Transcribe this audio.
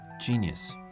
genius